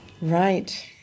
Right